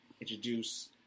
introduce